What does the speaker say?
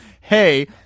hey